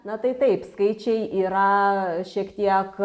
na tai taip skaičiai yra šiek tiek